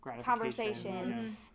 conversation